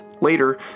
Later